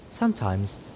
Sometimes